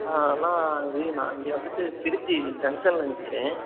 ஆ அண்ணா இது நான் இங்கே வந்துவிட்டு திருச்சி ஜங்க்ஷனில் நிற்கிறேன்